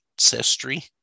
ancestry